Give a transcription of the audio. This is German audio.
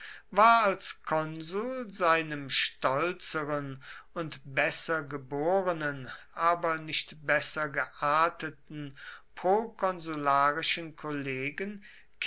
war als konsul seinem stolzeren und besser geborenen aber nicht besser gearteten prokonsularischen kollegen